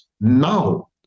Now